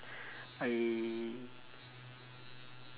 I